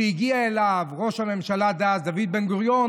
שהגיע אליו ראש הממשלה דאז דוד בן-גוריון.